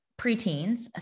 preteens